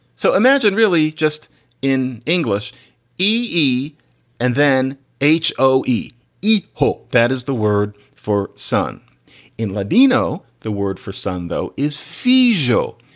so imagine really just in english e and then h e e hope that is the word for son in ladino. the word for son though is fejo.